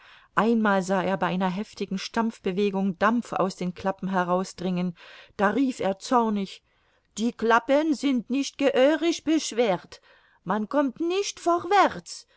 einmal sah er bei einer heftigen stampfbewegung dampf aus den klappen herausdringen da rief er zornig die klappen sind nicht gehörig beschwert man kommt nicht vorwärts